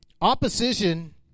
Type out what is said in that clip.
opposition